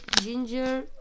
ginger